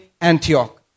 Antioch